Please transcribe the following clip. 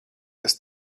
kas